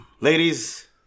ladies